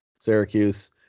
Syracuse